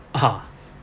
ah